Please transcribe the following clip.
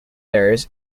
areas